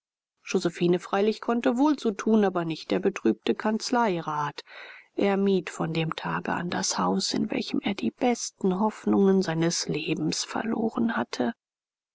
josephine freilich konnte wohl so tun aber nicht der betrübte kanzleirat er mied von dem tage an das haus in welchem er die besten hoffnungen seines lebens verloren hatte